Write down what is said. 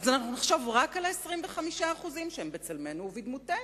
אז אנחנו נחשוב רק על 25% שהן בצלמנו ובדמותנו?